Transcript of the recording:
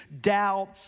doubt